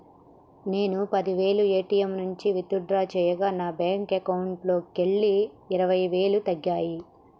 నేను పది వేలు ఏ.టీ.యం నుంచి విత్ డ్రా చేయగా నా బ్యేంకు అకౌంట్లోకెళ్ళి ఇరవై వేలు తగ్గాయి